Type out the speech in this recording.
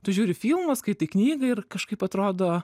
tu žiūri filmus skaitai knygą ir kažkaip atrodo